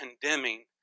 condemning